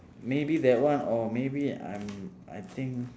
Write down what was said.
maybe that one or maybe I'm I think